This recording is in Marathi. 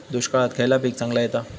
दुष्काळात खयला पीक चांगला येता?